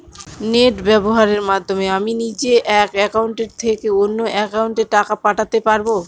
Net ব্যবহারের মাধ্যমে আমি নিজে এক অ্যাকাউন্টের থেকে অন্য অ্যাকাউন্টে টাকা পাঠাতে পারব?